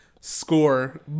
Score